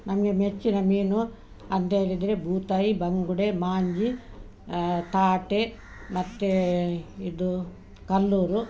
ನಮಗೆ ಮೆಚ್ಚಿನ ಮೀನು ಅಂತೇಳಿದರೆ ಬೂತಾಯಿ ಬಂಗುಡೆ ಮಾಂಜಿ ತಾಟೆ ಮತ್ತು ಇದು ಕಲ್ಲೂರು